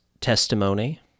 testimony